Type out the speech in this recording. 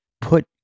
put